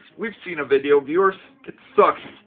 we've seen a video of yours. it sucked